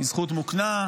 היא זכות מוקנית,